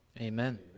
Amen